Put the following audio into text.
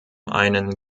einen